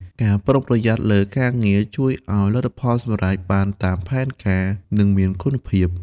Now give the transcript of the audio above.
ការប្រុងប្រយ័ត្នលើការងារ ជួយឱ្យលទ្ធផលសម្រេចបានតាមផែនការ និងមានគុណភាព។